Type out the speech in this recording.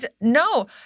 no